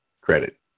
credit